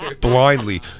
blindly